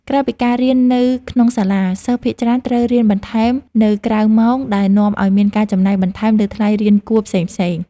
ក្រៅពីការរៀននៅក្នុងសាលា សិស្សភាគច្រើនត្រូវរៀនបន្ថែមនៅក្រៅម៉ោងដែលនាំឱ្យមានការចំណាយបន្ថែមលើថ្លៃរៀនគួរផ្សេងៗ។